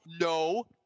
no